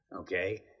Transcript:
okay